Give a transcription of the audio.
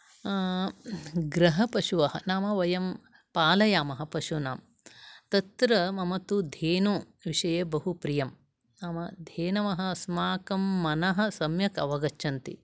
गृहपशवः नाम वयं पालयामः पशूनां तत्र मम तु धेनुविषये मम तु बहुप्रियं नाम धेनवः अस्माकंं मनः सम्यक् अवगच्छन्ति